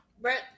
Brett